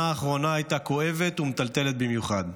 האחרונה הייתה כואבת ומטלטלת במיוחד.